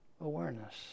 awareness